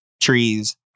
trees